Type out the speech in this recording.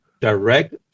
direct